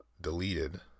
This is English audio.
deleted